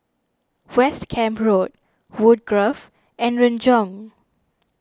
West Camp Road Woodgrove and Renjong